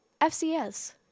FCS